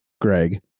Greg